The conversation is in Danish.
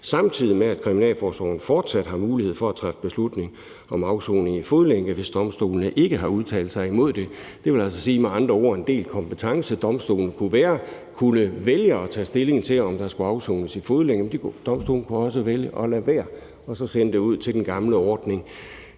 samtidig med at kriminalforsorgen fortsat har mulighed for at træffe beslutning om afsoning i fodlænke, hvis domstolene ikke har udtalt sig imod det. Det vil altså med andre ord sige: en delt kompetence. Domstolen kunne vælge at tage stilling til, om der skulle afsones i fodlænke; domstolen kunne også vælge at lade være og så sende det ud til den gamle ordning.